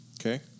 Okay